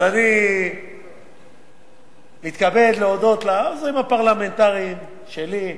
אבל אני מתכבד להודות לעוזרים הפרלמנטרים שלי,